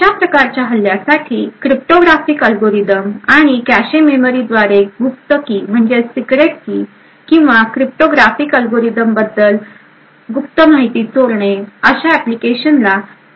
अशा प्रकारच्या हल्ल्यांसाठी क्रिप्टोग्राफिक अल्गोरिदम आणि कॅशे मेमरीद्वारे गुप्त की किंवा क्रिप्टोग्राफिक अल्गोरिदमबद्दल गुप्त माहिती चोरणे अशा ऍप्लिकेशनना टार्गेट केले जाते